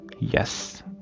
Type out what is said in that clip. yes